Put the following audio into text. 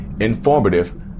informative